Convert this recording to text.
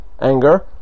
anger